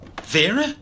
Vera